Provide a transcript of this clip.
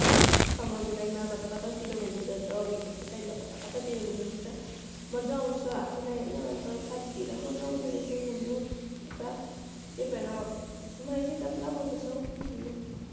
समरको टाइममा कताकतातिर घुम्न जान्छ विन्टरको टाइममा कताकतातिर घुम्न जान्छ मजा आउँछ आफूलाई होइन अन्त साथीहरूलाई मजा आउँदो रहेछ घुम्नु यता त्यही भएर मलाई चाहिँ यता पुरा मनपर्छ हौ घुम्नु